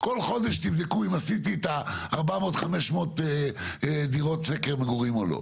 בכל חודש תבדקו אם עשיתי את ה-400-500 דירות מגורים או לא.